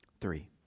Three